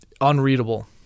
unreadable